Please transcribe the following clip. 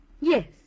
Yes